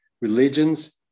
religions